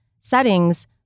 settings